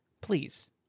please